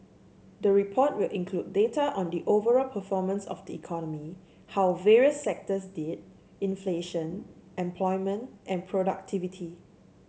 the report will include data on the overall performance of the economy how various sectors did inflation employment and productivity